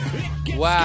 Wow